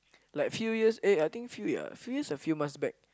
like few years eh I think few ya few years or few months back